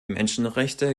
menschenrechte